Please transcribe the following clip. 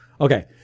Okay